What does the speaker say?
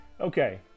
Okay